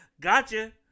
gotcha